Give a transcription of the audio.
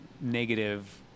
negative